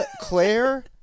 Claire